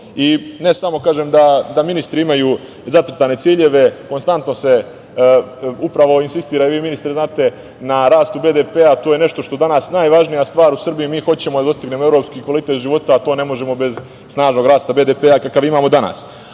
I, ne samo da ministri imaju zacrtane ciljeve, konstantno se upravo insistira, vi ministre znate, na rasu BPD-a, to je nešto što je danas najvažnija stvar u Srbiji. Mi hoćemo da dostignemo evropski kvalitet života, a to ne možemo bez snažnog rasta BDP-a, kakav imamo danas. Dok